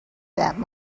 that